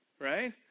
right